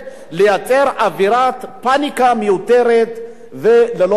לייצר אווירת פניקה מיותרת ולא בצדק.